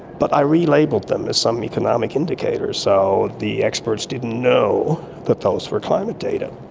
but i relabelled them as some economic indicator, so the experts didn't know that those were climate data.